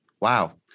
Wow